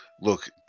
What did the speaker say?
look